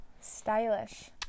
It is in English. Stylish